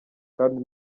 kandi